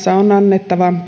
että